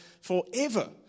forever